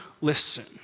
listen